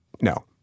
no